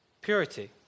purity